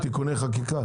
של תיקוני חקיקה?